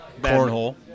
Cornhole